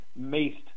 maced